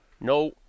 No